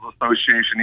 Association